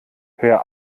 hör